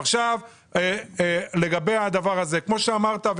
כמו שאמרת,